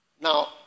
Now